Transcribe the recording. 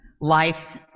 life's